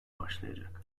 başlayacak